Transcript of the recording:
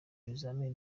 ibizamini